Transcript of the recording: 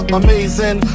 amazing